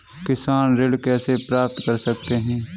किसान ऋण कैसे प्राप्त कर सकते हैं?